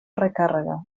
recàrrega